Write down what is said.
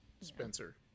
Spencer